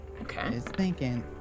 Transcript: Okay